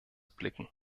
blicken